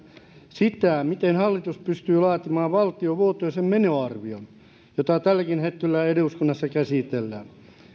sitä miten hallitus pystyy laatimaan valtion vuotuisen menoarvion jota tälläkin hetkellä eduskunnassa käsitellään